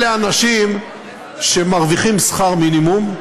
אלה האנשים שמרוויחים שכר מינימום,